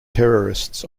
terrorists